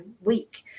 week